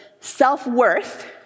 self-worth